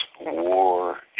War